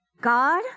God